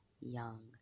young